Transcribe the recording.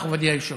מכובדי היושב-ראש.